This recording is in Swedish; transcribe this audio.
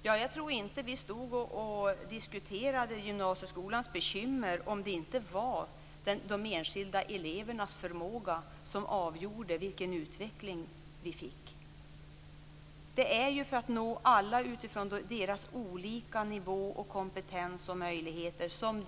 Herr talman! Jag tror inte att vi hade diskuterat gymnasieskolans bekymmer om det inte var de enskilda elevernas förmåga som avgjorde vilken utveckling vi fick. Det är naturligtvis på grund av att vi vill nå alla utifrån deras olika nivåer, kompetenser och möjligheter som